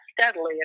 steadily